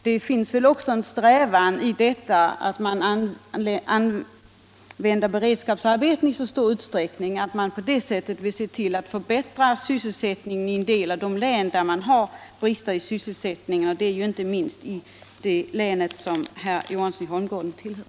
Det finns väl också en strävan i detta att man använder beredskapsarbeten i stor utsträckning att på det sättet se till att förbättra sysselsättningen i en del av de län där det råder brist på sysselsättning, och det gör det ju inte minst i det län som herr Johansson i Holmgården tillhör.